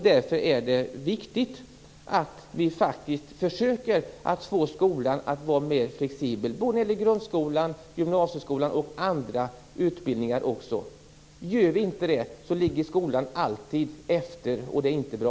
Därför är det viktigt att vi försöker göra skolan mera flexibel - det gäller då grundskolan, gymnasieskolan och andra utbildningar - för annars kommer skolan alltid att ligga efter, vilket inte är bra.